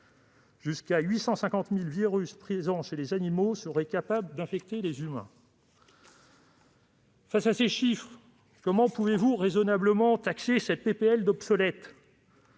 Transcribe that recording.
jusqu'à 850 000 virus présents chez les animaux seraient capables d'infecter les humains. Face à ces chiffres, comment pouvez-vous raisonnablement taxer cette proposition